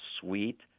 sweet